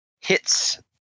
hits